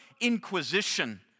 inquisition